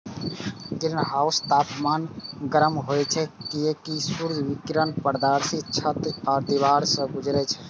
ग्रीनहाउसक तापमान गर्म होइ छै, कियैकि सूर्य विकिरण पारदर्शी छत आ दीवार सं गुजरै छै